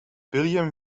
william